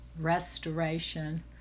restoration